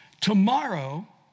Tomorrow